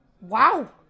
Wow